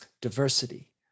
diversity